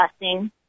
blessing